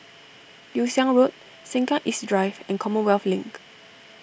Yew Siang Road Sengkang East Drive and Commonwealth Link